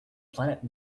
planet